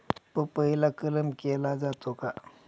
पपईला कलम केला जातो का?